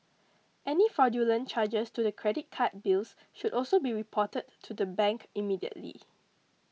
any fraudulent charges to the credit card bills should also be reported to the bank immediately